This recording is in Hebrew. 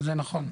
זה נכון.